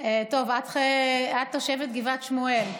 טוב, את תושבת גבעת שמואל.